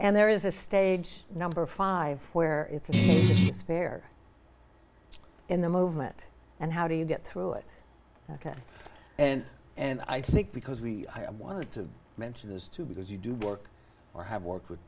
and there is a stage number five where it's easy spare in the movement and how do you get through it ok and and i think because we want to mention this too because you do work or have worked with